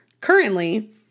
currently